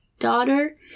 daughter